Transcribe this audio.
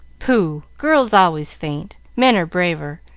pooh! girls always faint. men are braver,